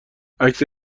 عکس